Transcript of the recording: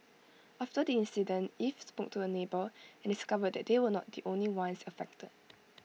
after the incident eve spoke to her neighbour and discovered that they were not the only ones affected